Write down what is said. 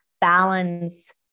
balance